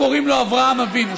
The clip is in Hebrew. קוראים לו אברהם אבינו,